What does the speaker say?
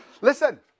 Listen